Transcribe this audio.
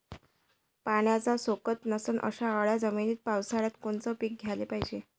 पाण्याचा सोकत नसन अशा काळ्या जमिनीत पावसाळ्यात कोनचं पीक घ्याले पायजे?